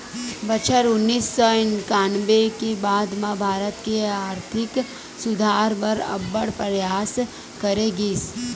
बछर उन्नीस सौ इंकानबे के बाद म भारत के आरथिक सुधार बर अब्बड़ परयास करे गिस